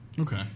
Okay